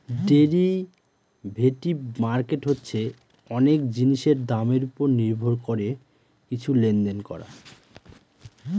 derivative market হচ্ছে অনেক জিনিসের দামের ওপর নির্ভর করে কিছু লেনদেন করা